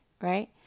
right